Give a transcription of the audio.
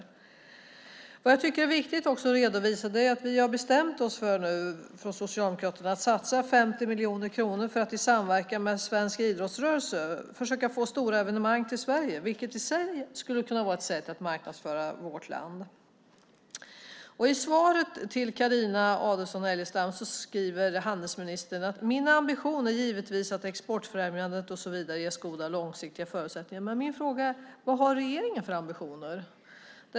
Det jag också tycker är viktigt att redovisa är att vi har bestämt oss nu från Socialdemokraterna att satsa 50 miljoner kronor för att i samverkan med svensk idrottsrörelse försöka få stora evenemang till Sverige, vilket i sig skulle kunna vara ett sätt att marknadsföra vårt land. I svaret till Carina Adolfsson Elgestam skriver handelsministern: Min ambition är givetvis att Exportfrämjandet, och så vidare, ges goda långsiktiga förutsättningar. Min fråga är: Vad har regeringen för ambitioner?